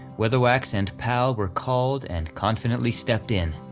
weatherwax and pal were called and confidently stepped in,